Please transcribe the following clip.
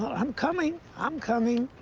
i'm coming, i'm coming.